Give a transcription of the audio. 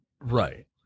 Right